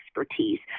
expertise